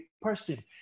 person